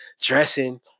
dressing